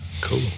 cool